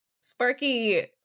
Sparky